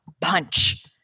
punch